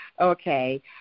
Okay